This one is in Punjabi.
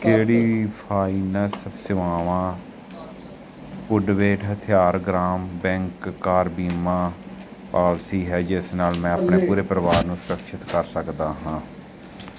ਕਿਹੜੀ ਫਾਈਨੈਂਸ ਸੇਵਾਵਾਂ ਪੁਡੁਵੈਟ ਹਥਿਅਰ ਗ੍ਰਾਮ ਬੈਂਕ ਕਾਰ ਬੀਮਾ ਪਾਲਿਸੀ ਹੈ ਜਿਸ ਨਾਲ ਮੈਂ ਆਪਣੇ ਪੂਰੇ ਪਰਿਵਾਰ ਨੂੰ ਸੁਰੱਖਿਅਤ ਕਰ ਸਕਦਾ ਹਾਂ